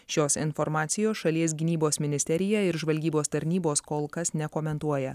šios informacijos šalies gynybos ministerija ir žvalgybos tarnybos kol kas nekomentuoja